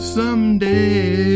someday